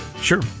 Sure